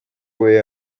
puede